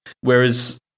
Whereas